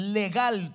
legal